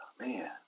man